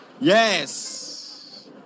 Yes